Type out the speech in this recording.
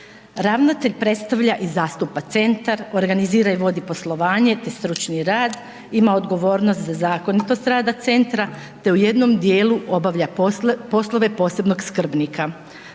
Ravnatelj predstavlja i zastupa centar, organizira i vodi poslovanje te stručni rad, ima odgovornost za zakonitost rada centra te u jednom dijelu obavlja poslove posebnog skrbnika.